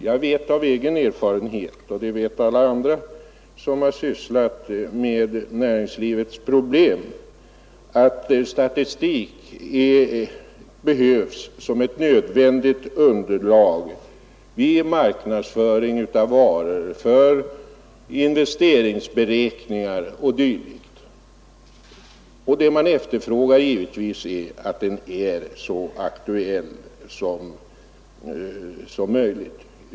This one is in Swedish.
Jag och alla andra som sysslat med näringslivets problem vet av erfarenhet att statistik behövs som ett nödvändigt underlag vid marknadsföring av varor, för investeringsberäkningar o. d. Givetvis efterfrågar man då en statistik, som är så aktuell som möjligt.